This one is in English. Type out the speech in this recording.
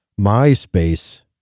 MySpace